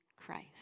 Christ